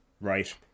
right